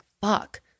Fuck